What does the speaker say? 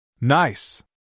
Nice